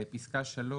בפסקה (3),